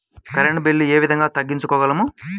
Current bill ఏ విధంగా తగ్గించుకోగలము?